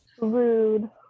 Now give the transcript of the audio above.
Rude